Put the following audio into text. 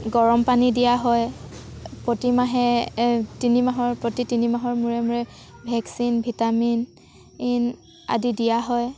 গৰমপানী দিয়া হয় প্ৰতি মাহে তিনিমাহৰ প্ৰতি তিনিমাহৰ মূৰে মূৰে ভেকচিন ভিটামিন আদি দিয়া হয়